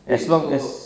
as long as